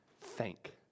thank